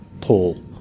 Paul